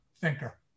thinker